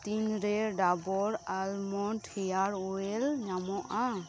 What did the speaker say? ᱛᱤᱱᱨᱮ Dabur almond hair oil ᱧᱟᱢᱚᱜᱼᱟ